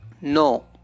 No